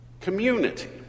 Community